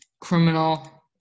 criminal